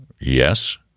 yes